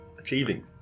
achieving